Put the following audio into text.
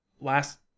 last